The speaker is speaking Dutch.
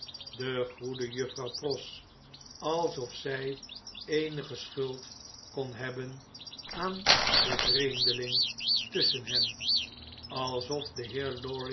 de goede juffrouw pross alsof zjj eenige schuld kon hebben aan de vervreemding tusschen hen alsof de